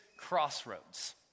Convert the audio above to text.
crossroads